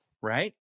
right